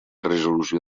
resolució